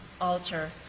alter